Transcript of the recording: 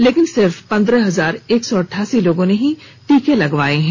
लेकिन सिर्फ पंद्रह हजार एक सौ अठासी लोगों ने ही टीका लगवाया है